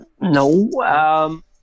No